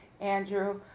Andrew